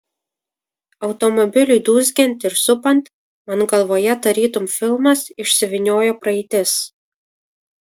automobiliui dūzgiant ir supant man galvoje tarytum filmas išsivyniojo praeitis